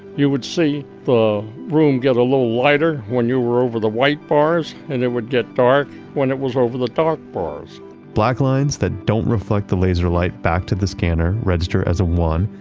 you would see the room get a little lighter when you were over the white bars, and it would get dark when it was over the dark bars black lines that don't reflect the laser light back to the scanner register as a one,